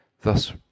thus